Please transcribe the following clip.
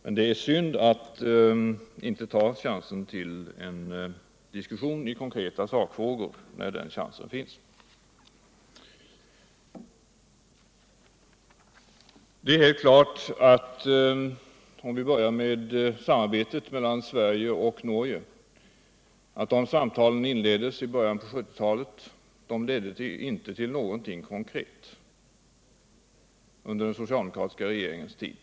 Men det är synd att han inte tar chansen till en diskussion i konkreta sakfrågor när den finns. Om vi börjar med samarbetet mellan Sverige och Norge är det helt klart att de samtal som inleddes i början av 1970-talet inte ledde till någonting konkret under den socialdemokratiska regeringens tid.